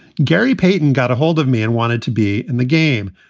gary payton got a hold of me and wanted to be in the game.